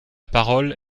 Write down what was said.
parole